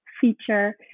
feature